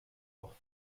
auch